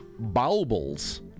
baubles